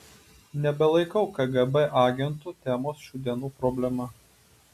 nebelaikau kgb agentų temos šių dienų problema